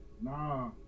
Nah